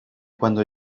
cuando